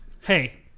Hey